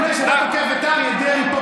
לפני שאתה תוקף את אריה דרעי פה,